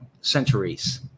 centuries